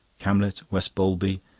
camlet, west bowlby,